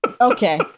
Okay